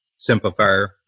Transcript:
simplifier